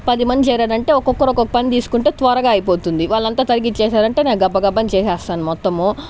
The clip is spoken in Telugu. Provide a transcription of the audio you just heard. పదిమంది చేరారంటే ఒక్కొక్కరు ఒక పని తీసుకుంటే త్వరగా అయిపోతుంది వాళ్ళంతా తరిగిచ్చేశారు అంటే నేను గబగబా చేసేస్తాను మొత్తము